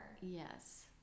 yes